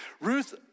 Ruth